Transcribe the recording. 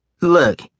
Look